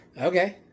Okay